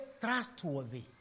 trustworthy